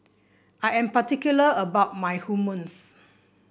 I am particular about my Hummus